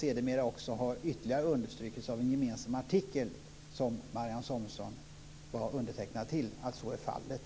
Sedan har det ytterligare understrukits av en gemensam artikel som Marianne Samuelsson är undertecknare av att så är fallet.